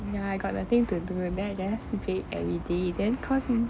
ya I got nothing to do then I just bake everyday then cause m~